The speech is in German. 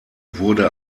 wurde